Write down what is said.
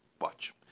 Watch